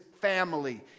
family